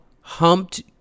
humped